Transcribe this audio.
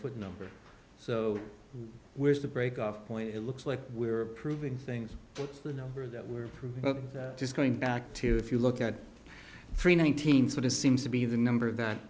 foot number so where's the break off point it looks like we're proving things that the number that we're just going back to if you look at three nine hundred sort of seems to be the number that